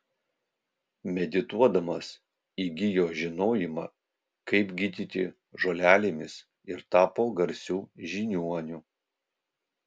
medituodamas įgijo žinojimą kaip gydyti žolelėmis ir tapo garsiu žiniuoniu